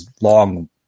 long